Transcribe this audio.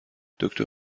دکتر